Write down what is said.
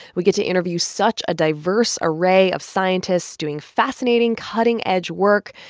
we get to interview such a diverse array of scientists doing fascinating, cutting-edge work.